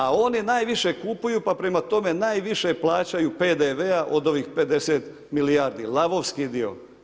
A oni najviše kupuju, pa prema tome najviše plaćaju PDV-a od ovih 50 milijardi, lavovski dio.